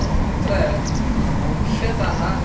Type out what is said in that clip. अत्र मुख्यतः